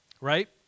right